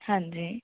ਹਾਂਜੀ